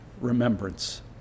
remembrance